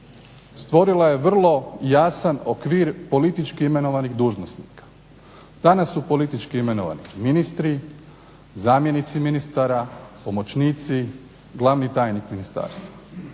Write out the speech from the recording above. stvorila je vrlo jasan okvir politički imenovanih dužnosnika. Danas su politički imenovani ministri, zamjenici ministara, pomoćnici, glavni tajnik ministarstva.